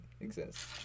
exists